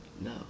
No